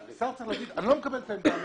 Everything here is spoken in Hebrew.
השר צריך להגיד אם הוא מקבל את העמדה המקצועית.